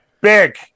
Big